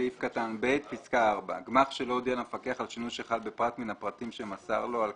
השינוי השני הוא סדר גודל של